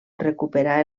recuperà